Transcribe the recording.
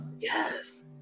Yes